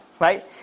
right